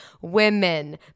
Women